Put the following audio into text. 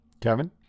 Kevin